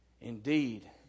Indeed